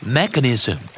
mechanism